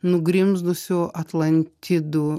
nugrimzdusių atlantidų